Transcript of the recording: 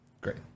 Great